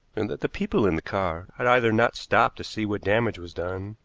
and that the people in the car had either not stopped to see what damage was done,